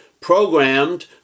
programmed